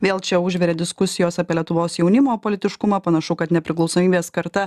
vėl čia užvirė diskusijos apie lietuvos jaunimo politiškumą panašu kad nepriklausomybės karta